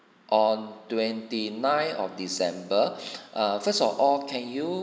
on twenty nine of december err first of all can you